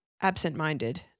absent-minded